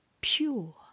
pure